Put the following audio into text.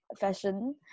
fashion